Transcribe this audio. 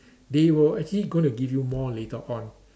they were actually gonna give you more later on